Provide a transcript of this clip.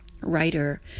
writer